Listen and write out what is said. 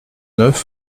neuf